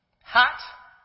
Hot